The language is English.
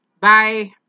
bye